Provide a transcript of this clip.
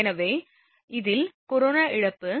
எனவே இதில் கரோனா இழப்பு Pc2